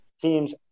teams